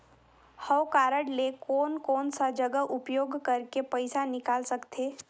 हव कारड ले कोन कोन सा जगह उपयोग करेके पइसा निकाल सकथे?